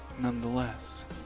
nonetheless